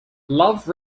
love